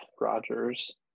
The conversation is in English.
Rogers